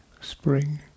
spring